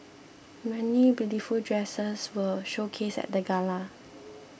many beautiful dresses were showcased at the gala